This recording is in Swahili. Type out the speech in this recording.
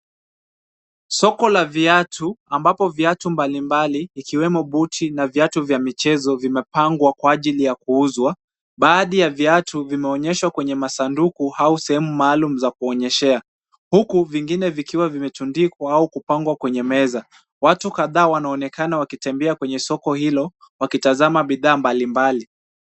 Soko la viatu ambapo viatu mbali mbali ikiwemo buti na viatu vya michezo imepangwa kwa ajili ya kuuzwa. Baadhi ya viatu vimeonyeshwa kwenye masanduku au sehemu maalum za kuonyeshea huku vingine vikiwa vimetundikwa au kupangwa kwenye meza. Watu kadhaa wanaonekana wakitembea kwenye soko hilo wakitazama bidhaa mbali mbali.